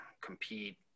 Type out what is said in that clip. compete